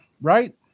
right